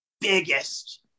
biggest